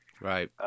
Right